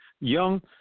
Young